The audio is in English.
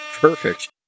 Perfect